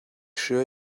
sure